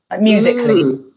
musically